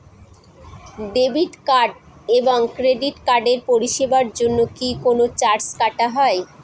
Debit card এবং credit কার্ডের পরিষেবার জন্য কি কোন চার্জ কাটা হয়?